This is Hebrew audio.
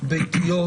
ביתיות,